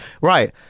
right